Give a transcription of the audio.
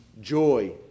joy